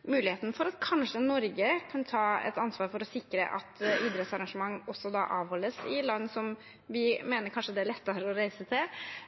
muligheten for at Norge kanskje kan ta et ansvar for å sikre at idrettsarrangement også avholdes i land som vi mener det kanskje er lettere å reise til.